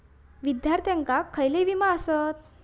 विद्यार्थ्यांका खयले विमे आसत?